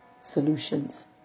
solutions